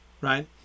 right